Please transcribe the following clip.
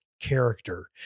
character